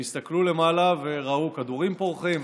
הם הסתכלו למעלה וראו כדורים פורחים,